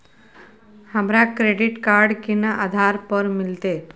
हमरा credit card केना आधार पर मिलते?